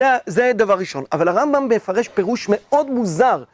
זה דבר ראשון, אבל הרמב״ם מפרש פירוש מאוד מוזר.